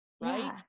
right